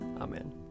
Amen